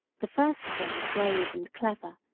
the first of them was brave and clever,